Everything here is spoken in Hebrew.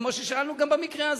כמו ששאלנו במקרה הזה.